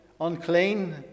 unclean